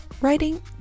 writing